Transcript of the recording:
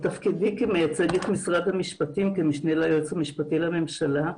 בתפקידי כמייצגת את משרד המשפטים כמשנה ליועץ המשפטי לממשלה,